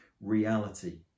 reality